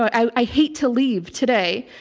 i hate to leave today.